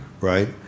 right